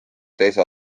teise